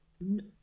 No